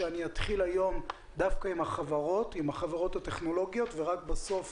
שאתחיל היום דווקא עם החברות הטכנולוגיות ורק בסוף